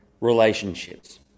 relationships